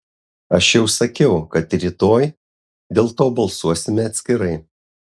aš jau sakiau kad rytoj dėl to balsuosime atskirai